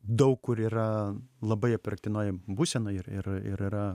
daug kur yra labai apverktinoj būsenoj ir ir ir yra